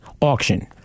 auction